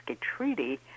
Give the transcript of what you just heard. Treaty